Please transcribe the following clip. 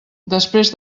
després